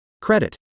Credit